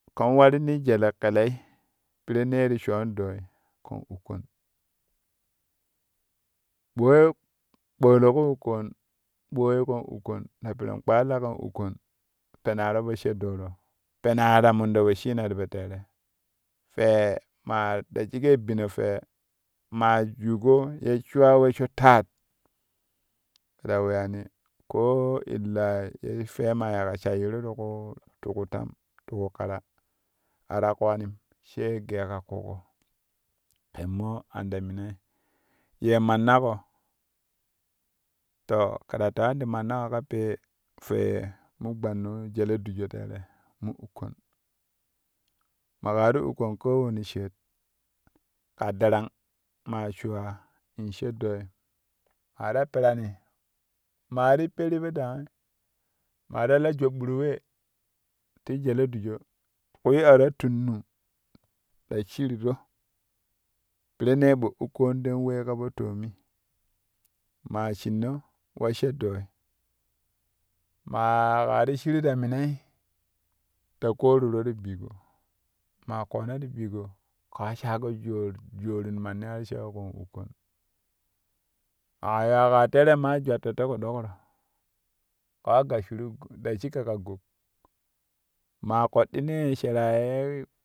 Ken waini jele kɛlɛi pirennee ti shoon dooi kɛn ukkon booye kpoolo kɛ ukkon ɓooi kɛn ukkon ta pirin kpalla kɛn ukkon penaro po she ɗoo ro penaa ta mindu wesshina ti po tere fwe maa da shige bino fwe maa juugo ye shuwa we sho tat kɛ ta weyani ko illa ye fwe maa yikka shaiyuru ti ƙu tam ti ku ƙara a ta kowanim sai geeƙa ƙuuƙo kɛ mo an ta minai yee mannaƙo to kɛ ta tewani ti mannaƙo ka pee fwe ye me gbannu jele dussho tere mo ukkon maƙa ti ukkon kowane sheet ka darang maa shuwa in she dooi maa ta perani maa ti per po dangi maa ta la joɓɓuru we ti jele dussho kwi a ta tunnum ta shiruro pirenne ɓo ukkon ten we ka po toomi ma shinno wa she dooi maaƙaa ti shiru ta minai ta ƙoruro ti biigo maaƙoona ti biigo kaa shago jor jorin manni arshau kɛn ukkon maakan yuwa kaa tere maa jwatto te ƙu dokro kaa gasshuru da shige ka gok maa kpdɗinee ye sharaa ye